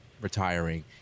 retiring